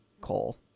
Cole